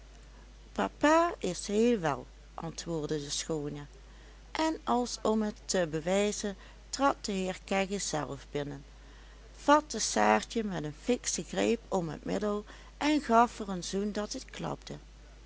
papa is heel wel antwoordde de schoone en als om het te bewijzen trad de heer kegge zelf binnen vatte saartje met een fikschen greep om het middel en gaf haar een zoen dat het klapte